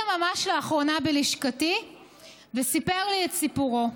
ממש לאחרונה בלשכתי וסיפר לי את סיפורו.